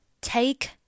Take